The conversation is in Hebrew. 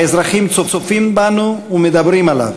האזרחים צופים ומדברים עליו,